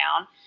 down